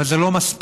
אבל זה לא מספיק.